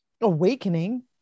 awakening